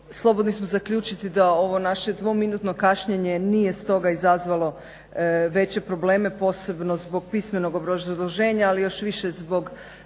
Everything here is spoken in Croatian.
Slobodni smo zaključiti da ovo naše dvominutno kašnjenje nije stoga izazvalo veće probleme posebno zbog pismenog obrazloženja, ali još više zbog